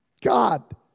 God